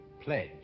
pledge